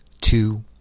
two